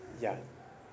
ya